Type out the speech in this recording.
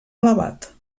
elevat